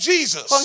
Jesus